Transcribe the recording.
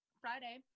Friday